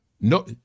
No